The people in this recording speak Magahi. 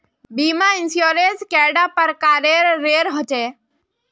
बीमा इंश्योरेंस कैडा प्रकारेर रेर होचे